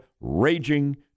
raging